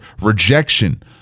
rejection